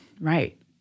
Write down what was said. Right